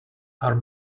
are